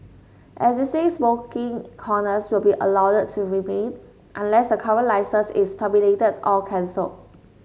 existing smoking corners will be allowed to remain unless the current licence is terminated or cancelled